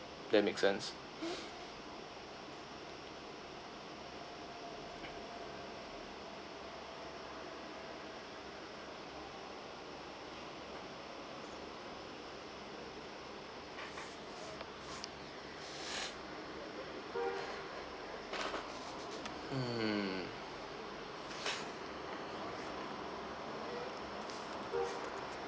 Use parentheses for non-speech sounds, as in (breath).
that make sense (breath) hmm